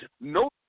No